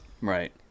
Right